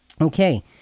Okay